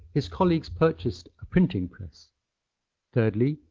his colleagues purchased a printing press thirdly,